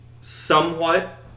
somewhat